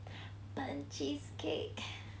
burnt cheesecake